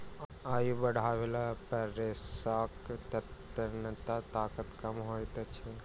आयु बढ़ला पर रेशाक तन्यता ताकत कम होइत अछि